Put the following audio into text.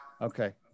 Okay